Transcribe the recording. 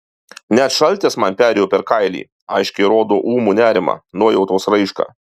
net šaltis man perėjo per kailį aiškiai rodo ūmų nerimą nuojautos raišką